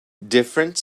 different